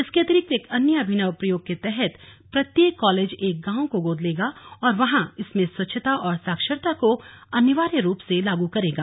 इसके अतिरिक्त एक अन्य अभिनव प्रयोग के तहत प्रत्येक कॉलेज एक गांव को गोद लेगा और वहां इसमें स्वच्छता और साक्षरता को अनिवार्य रूप से लागू करेगा